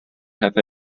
cafe